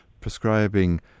prescribing